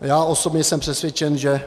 Já osobně jsem přesvědčen, že